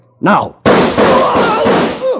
Now